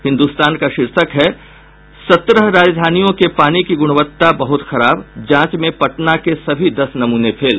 हिन्दुस्तान का शीर्षक है सत्रह राजधानियों के पानी की गुणवत्ता बहुत खराब जांच में पटना के सभी दस नमूने फेल